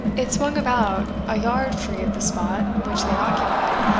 it swung about a yard free of the spot which they occupied,